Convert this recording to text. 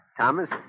Thomas